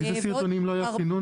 סליחה, באיזה סרטונים לא היה סינון?